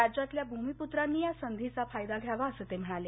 राज्यातल्या भूमिपूत्रांनी या संधीचा फायदा घ्यावा असं ते म्हणाले